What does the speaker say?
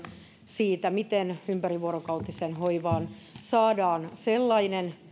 siitä miten ympärivuorokautiseen hoivaan saadaan sellainen